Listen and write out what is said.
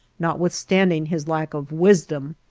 notwithstanding his lack of wisdom,